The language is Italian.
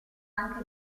anche